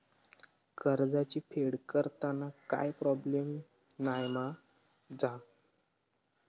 कर्जाची फेड करताना काय प्रोब्लेम नाय मा जा?